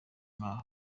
nka